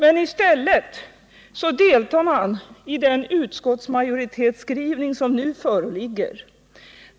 I stället deltar man i den skrivning som nu föreligger från utskottsmajoriteten.